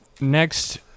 next